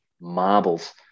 marbles